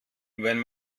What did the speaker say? wenn